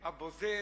הבוזז,